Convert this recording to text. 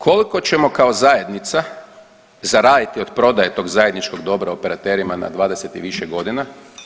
Koliko ćemo kao zajednica zaraditi od prodaje tog zajedničkog dobra operaterima na 20 i više godina?